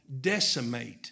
decimate